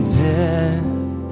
death